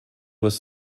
was